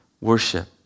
worship